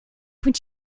would